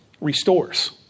restores